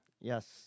Yes